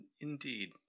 Indeed